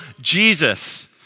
Jesus